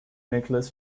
nicholas